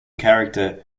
character